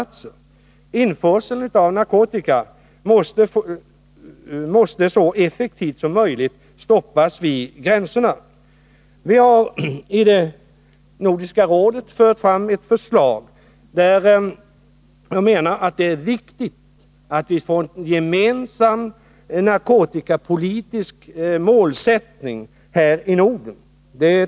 Försöken till införsel av narkotika måste så effektivt som möjligt stoppas vid våra gränser. Vi har i samband med ett förslag i Nordiska rådet poängterat att det är viktigt att vi här i Norden får en gemensam narkotikapolitisk målsättning.